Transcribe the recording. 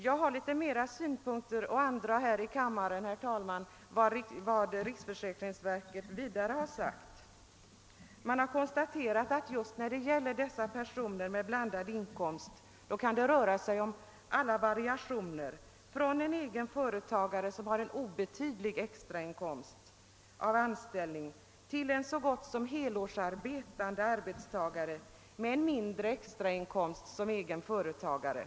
Jag har ytterligare synpunkter att andra här i kammaren beträffande vad riksförsäkringsverket har sagt. Man har konstaterat att just när det gäller dessa personer med blandad inkomst kan det röra sig om alla variationer från en egen företagare som har en obetydlig extrainkomst av anställning till en så gott som helårsarbetande arbetstagare med en mindre extrainkomst som egen företagare.